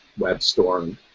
WebStorm